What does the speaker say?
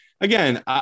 again